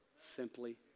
simply